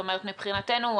מבחינתנו,